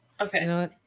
Okay